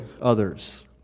others